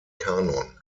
kanon